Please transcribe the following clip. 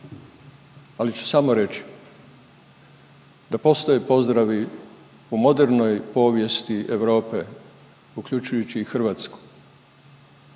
ali ću samo reći da postoje pozdravi u modernoj povijesti Europe, uključujući i hrvatsku,